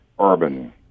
urban